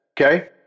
okay